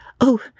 Oh